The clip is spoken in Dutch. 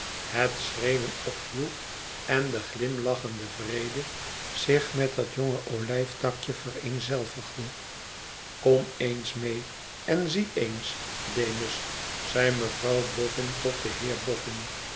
het schreeuwen ophield en de glimlachende vrede zich met dat jonge olijftakje vereenzelvigde ikom eens mee en zie eens demusl zei mevrouw boffin tot den